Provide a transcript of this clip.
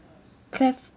cleft